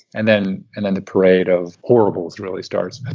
and then and then the parade of horribles really starts.